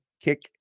kick